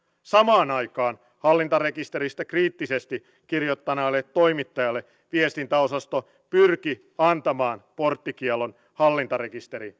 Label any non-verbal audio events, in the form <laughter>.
samaan aikaan hallintarekisteristä kriittisesti kirjoittaneelle toimittajalle viestintäosasto pyrki antamaan porttikiellon hallintarekisteri <unintelligible>